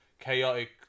chaotic